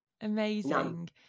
Amazing